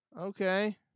okay